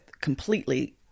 completely